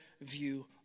view